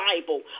Bible